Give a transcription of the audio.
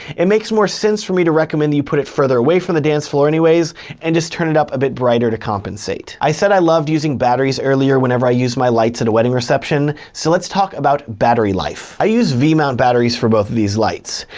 it makes more sense for me to recommend you put it further away for the dance floor anyways and just turn it up a bit brighter to compensate. i said i loved using batteries earlier, whenever i use my lights at a wedding reception, so let's talk about battery life. i use v mount batteries for both these lights.